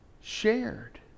shared